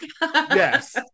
Yes